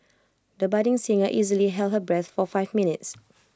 the budding singer easily held her breath for five minutes